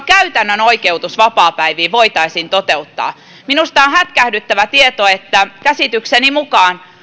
käytännön oikeutus vapaapäiviin voitaisiin toteuttaa minusta on hätkähdyttävä tieto että käsitykseni mukaan